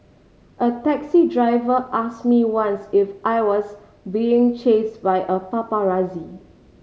a taxi driver ask me once if I was being chased by a paparazzi